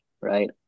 right